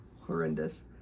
horrendous